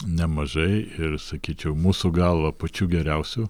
nemažai ir sakyčiau mūsų galva pačių geriausių